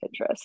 Pinterest